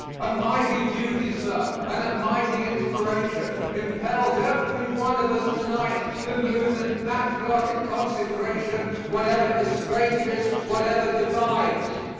a mighty duty, sir, and a mighty inspiration impels every one of us to-night to lose in patriotic consecration whatever estranges, whatever divides.